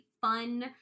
fun